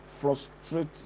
Frustrate